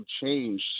change